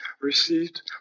received